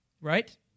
Right